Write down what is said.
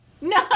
No